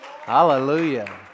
Hallelujah